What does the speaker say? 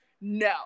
No